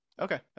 Okay